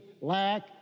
lack